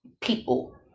People